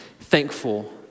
thankful